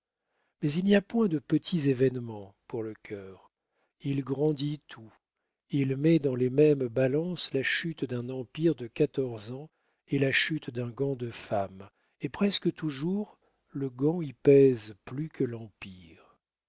mais il n'y a point de petits événements pour le cœur il grandit tout il met dans les mêmes balances la chute d'un empire de quatorze ans et la chute d'un gant de femme et presque toujours le gant y pèse plus que l'empire